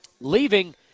leaving